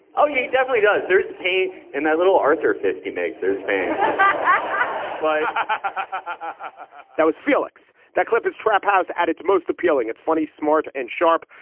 oh, yeah, definitely does. there's pain in that little arthur fist. he makes. there's pain that was felix. that clip is trap house at its most appealing. its funny, smart and sharp.